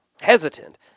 hesitant